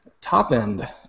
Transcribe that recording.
Top-end